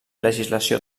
legislació